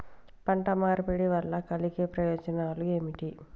పంట మార్పిడి వల్ల కలిగే ప్రయోజనాలు ఏమిటి?